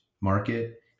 market